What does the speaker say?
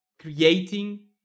Creating